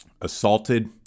Assaulted